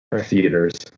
Theaters